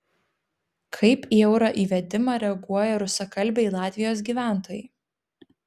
kaip į euro įvedimą reaguoja rusakalbiai latvijos gyventojai